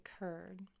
occurred